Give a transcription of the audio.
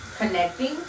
Connecting